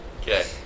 Okay